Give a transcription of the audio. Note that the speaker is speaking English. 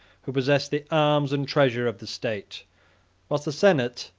who possessed the arms and treasure of the state whilst the senate,